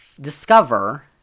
discover